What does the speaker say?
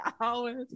hours